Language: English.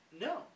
No